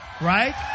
right